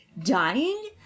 dying